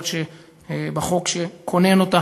אף שבחוק שכונן אותה